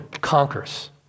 conquers